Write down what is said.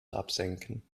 absenken